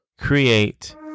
create